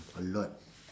a lot